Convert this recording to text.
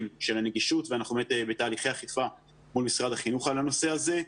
של הנגישות ואנחנו בתהליכי אכיפה מול משרד החינוך על הנושא הזה.